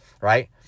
right